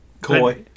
Coy